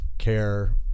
care